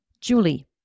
Julie